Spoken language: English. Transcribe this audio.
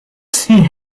she